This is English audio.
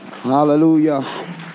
hallelujah